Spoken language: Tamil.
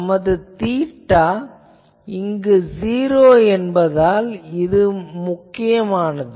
நமது தீட்டா இங்கு '0' என்பதால் இது முக்கியமானது